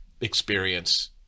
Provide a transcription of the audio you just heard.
experience